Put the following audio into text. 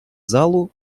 залу